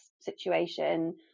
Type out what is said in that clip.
situation